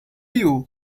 you